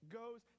goes